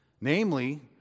namely